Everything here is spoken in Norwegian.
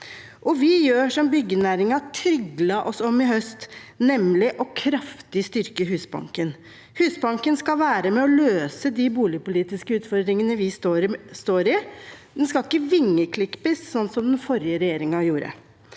Vi gjør som byggenæringen tryglet oss om i høst, nemlig å styrke Husbanken kraftig. Husbanken skal være med og løse de boligpolitiske utfordringene vi står i; den skal ikke vingeklippes, som den forrige regjeringen gjorde.